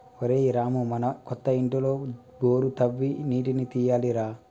ఒరేయ్ రామూ మన కొత్త ఇంటిలో బోరు తవ్వి నీటిని తీయాలి రా